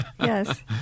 Yes